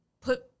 put